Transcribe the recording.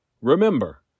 Remember